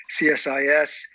CSIS